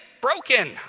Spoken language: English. broken